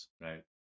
right